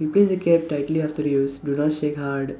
replace the cap tightly after you use do not shake hard